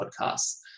podcasts